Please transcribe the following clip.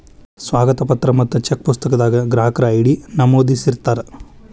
ಸ್ವಾಗತ ಪತ್ರ ಮತ್ತ ಚೆಕ್ ಪುಸ್ತಕದಾಗ ಗ್ರಾಹಕರ ಐ.ಡಿ ನಮೂದಿಸಿರ್ತಾರ